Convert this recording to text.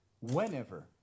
whenever